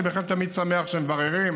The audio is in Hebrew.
אני בהחלט תמיד שמח שמבררים.